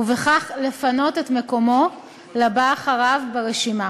ובכך לפנות את מקומו לבא אחריו ברשימה.